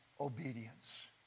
obedience